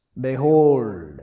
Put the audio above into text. Behold